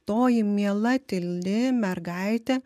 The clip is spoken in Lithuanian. toji miela tyli mergaitė